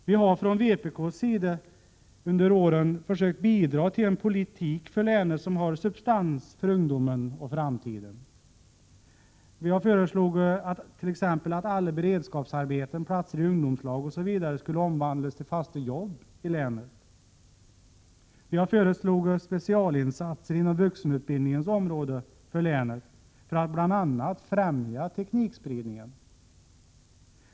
Vi har från vpk:s sida under åren försökt bidra till en politik för länet som har substans för ungdomen och framtiden. Vpk har föreslagit t.ex. att alla beredskapsarbeten, platser i ungdomslag m.m. skulle omvandlas till fasta jobb i länet. Vi har föreslagit specialinsatser på vuxenutbildningens område för länet för att bl.a. främja teknikspridningen.